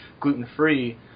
gluten-free